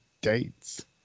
dates